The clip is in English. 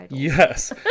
Yes